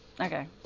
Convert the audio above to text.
Okay